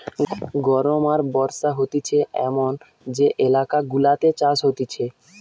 গরম আর বর্ষা হতিছে এমন যে এলাকা গুলাতে চাষ হতিছে